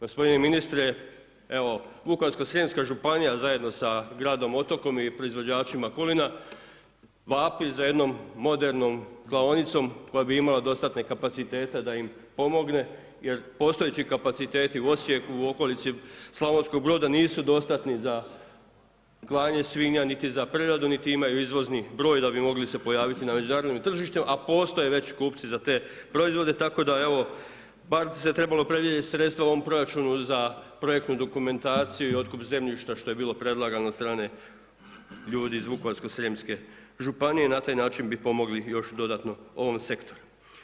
Gospodine Ministre, evo ukratko Srijemska županija zajedno sa gradom Otokom i proizvođačima kulina vapi za jednom modernom klaonicom koja bi imala dostatne kapacitete da im pomogne jer postojeći kapaciteti u Osijeku, u okolici Slavonskog Broda nisu dostatni za klanje svinja, niti za preradu, niti imaju izvozni broj da bi mogli se pojaviti na međunarodnom tržištu a postoje već kupci za te proizvode, tako da evo, barem bi se trebala predvidjeti sredstva u ovom proračunu za projektnu dokumentaciju i otkup zemljišta što je bilo predlagano od strane ljudi iz Vukovarsko-srijemske županije, na taj način bi pomogli još dodatno ovom sektoru.